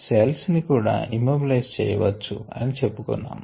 cells ని కూడా immobilize చేయ వచ్చు అని చెప్పుకున్నాము